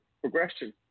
progression